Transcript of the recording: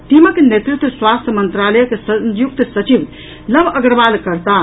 टीमक नेतृत्व स्वास्थ्य मंत्रालयक संयुक्त सचिव लव अग्रवाल करताह